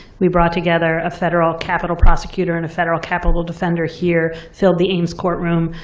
we brought together a federal capital prosecutor and a federal capital defender here, filled the ames courtroom,